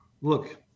look